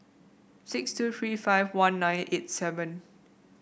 six two three five one nine eight seven